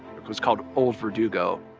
it was called old verdugo,